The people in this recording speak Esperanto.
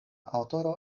aŭtoro